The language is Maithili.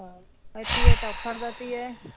तऽ एतियै तब खरिदतियै